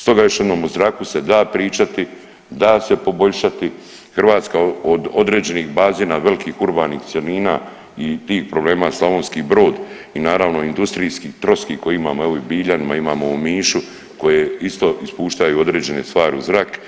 Stoga još jednom o zraku se da pričati, da se poboljšati, Hrvatska od određenih bazi na velikih urbanih cjelina i tih problema Slavonski Brod i naravno industrijski troski koji imamo evo u Biljanima, imamo u Omišu koje isto ispuštaju određene stvari u zrak,